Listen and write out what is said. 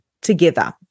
together